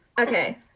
Okay